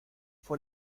fue